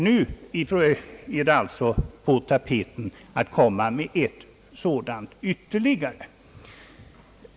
Nu är det på tapeten att komma med ytterligare ett stort lyft.